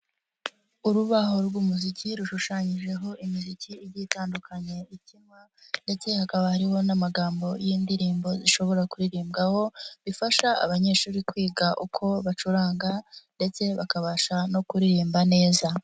Urubaho rw'umuziki rushushanyijeho imiziki igiye itandukanye ikinwa ndetse hakaba harimo n'amagambo y'indirimbo zishobora kuririmbwaho bifasha abanyeshuri kwiga uko bacuranga ndetse bakabasha no kuririmba neza.